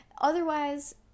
otherwise